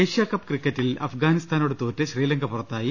Asia Cup ക്രിക്കറ്റിൽ അഫ്ഗാനിസ്ഥാനോട് തോറ്റ് ശ്രീലങ്ക പുറത്തായി